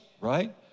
right